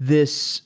this